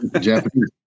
Japanese